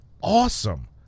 Awesome